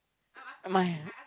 my